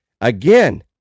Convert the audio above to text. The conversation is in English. Again